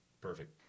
Perfect